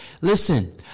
Listen